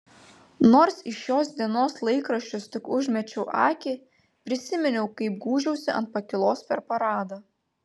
nors į šios dienos laikraščius tik užmečiau akį prisiminiau kaip gūžiausi ant pakylos per paradą